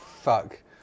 fuck